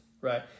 right